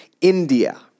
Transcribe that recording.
India